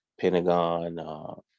Pentagon